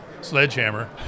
sledgehammer